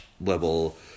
level